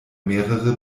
mehrere